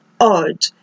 odd